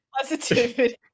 Positivity